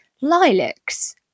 lilacs